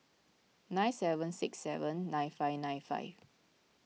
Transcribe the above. nine seven six seven nine five nine five